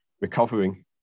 recovering